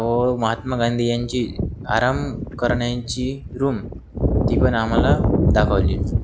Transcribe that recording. व महात्मा गांधी यांची आराम करण्याची रूम ती पण आम्हाला दाखवली